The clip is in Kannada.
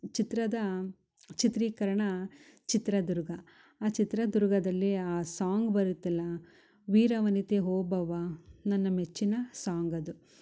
ಚಿತ್ರದ ಚಿತ್ರೀಕರಣ ಚಿತ್ರದುರ್ಗ ಆ ಚಿತ್ರದುರ್ಗದಲ್ಲಿ ಆ ಸಾಂಗ್ ಬರತ್ತಲ್ಲಾ ವೀರ ವನಿತೆ ಓಬವ್ವ ನನ್ನ ಮೆಚ್ಚಿನ ಸಾಂಗ್ ಅದು